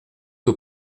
que